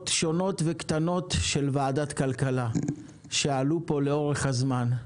שונות וקטנות של ועדת כלכלה שעלו פה לאורך הזמן.